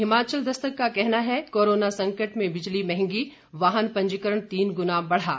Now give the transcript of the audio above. हिमाचल दस्तक का कहना है कोरोना संकट में बिजली महंगी वाहन पंजीकरण तीन गुना बढ़ा